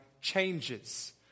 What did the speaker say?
changes